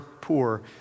poor